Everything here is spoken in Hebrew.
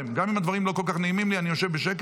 איך תמיד, כן.